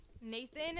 Nathan